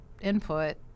input